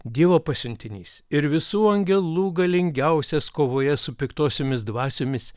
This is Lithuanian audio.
dievo pasiuntinys ir visų angelų galingiausias kovoje su piktosiomis dvasiomis